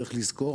צריך לזכור,